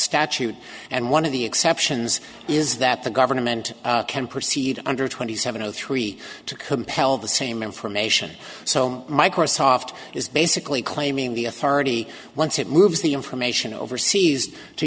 statute and one of the exceptions is that the government can proceed under twenty seven o three to compel the same information so microsoft is basically claiming the authority once it moves the information overseas to